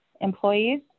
employees